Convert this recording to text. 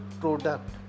product